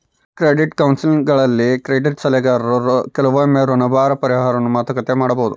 credit ಕೌನ್ಸೆಲಿಂಗ್ನಲ್ಲಿ credit ಸಲಹೆಗಾರರು ಕೆಲವೊಮ್ಮೆ ಋಣಭಾರ ಪರಿಹಾರವನ್ನು ಮಾತುಕತೆ ಮಾಡಬೊದು